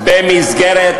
כבוד המורה, איזו בושה.